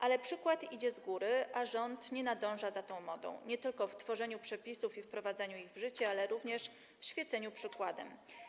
Ale przykład idzie z góry, a rząd nie nadąża za tą modą, nie tylko w tworzeniu przepisów i wprowadzaniu ich w życie, ale również w świeceniu przykładem.